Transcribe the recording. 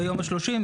ביום ה-30,